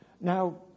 Now